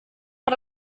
per